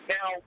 Now